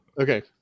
Okay